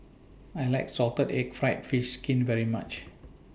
I like Salted Egg Fried Fish Skin very much